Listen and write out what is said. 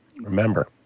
Remember